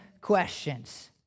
questions